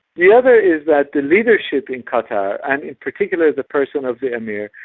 the other is that the leadership in qatar, and in particular the person of the emir,